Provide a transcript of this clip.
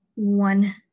one